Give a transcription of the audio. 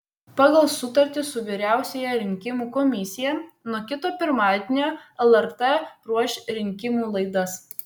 pagal sutartį su vyriausiąja rinkimų komisija nuo kito pirmadienio lrt ruoš rinkimų laidas